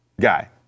guy